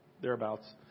thereabouts